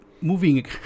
moving